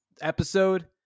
episode